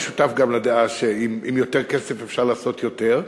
אני שותף גם לדעה שעם יותר כסף אפשר לעשות יותר.